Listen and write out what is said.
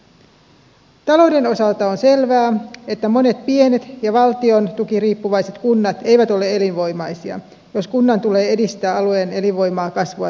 talouden osalta on selvää että monet pienet ja valtiontukiriippuvaiset kunnat eivät ole elinvoimaisia jos kunnan tulee edistää alueen elinvoimaa kasvua työllisyyttä